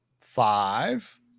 five